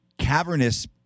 cavernous